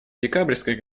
декабрьской